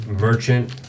merchant